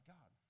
God